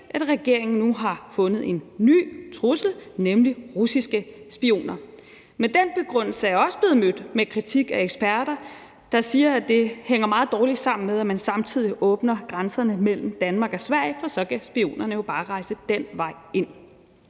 at regeringen nu har fundet en ny trussel, nemlig russiske spioner. Men den begrundelse er også blevet mødt med kritik af eksperter, der siger, at det hænger meget dårligt sammen med, at man samtidig åbner grænserne mellem Danmark og Sverige, for så kan spionerne jo bare rejse den vej ind.